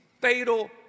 fatal